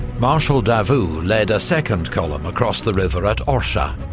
marshal davout led a second column across the river at orsha.